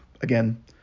Again